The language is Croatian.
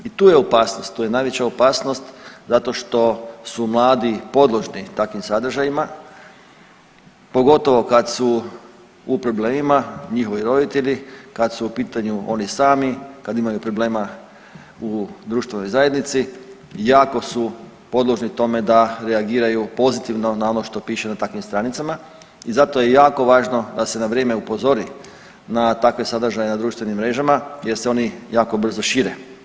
I tu je opasnost, tu je najveća opasnost zato što su mladi podložni takvim sadržajima pogotovo kad su u problemima njihovi roditelji, kad su u pitanju oni sami, kad imaju problema u društvenoj zajednici jako su podložni tome da reagiraju pozitivno na ono što piše na takvim stranicama i zato je jako važno da se na vrijeme upozori na takve sadržaje na društvenim mrežama jer se oni jako brzo šire.